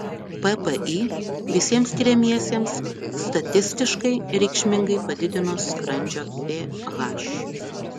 ppi visiems tiriamiesiems statistiškai reikšmingai padidino skrandžio ph